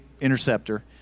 Interceptor